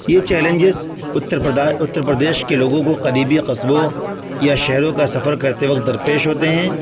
یہ چیلنجس اتّر اتّر پردیش کے لوگوں کو قریبی قصبوں یا شہروں کا سفر کرتے وقت درپیش ہوتے ہیں